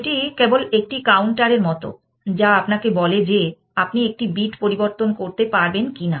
এটি কেবল একটি কাউন্টারের মতো যা আপনাকে বলে যে আপনি একটি বিট পরিবর্তন করতে পারবেন কি না